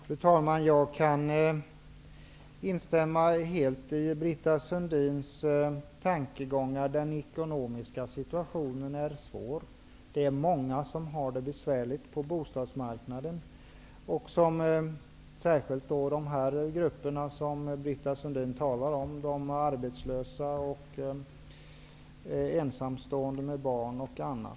Fru talman! Jag instämmer helt i Britta Sundins tankegångar. Den ekonomiska situationen är svårt och det är många som har det besvärligt på bostadsmarknaden. Det gäller särskilt de grupper som Britta Sundin talar om, såsom arbetslösa, ensamstående med barn och andra.